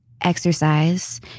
exercise